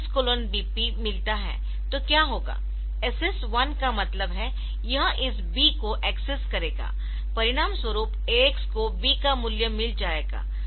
तो क्या होगा SS 1 का मतलब है यह इस b को एक्सेस करेगा परिणामस्वरूप AX को B का मूल्य मिल जाएगा